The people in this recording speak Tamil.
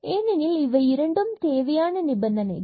ஏனெனில் இவை இரண்டும் தேவையான நிபந்தனைகள்